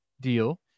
deal